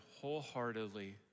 wholeheartedly